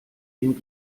den